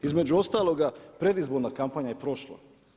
Između ostaloga predizborna kampanja je prošla.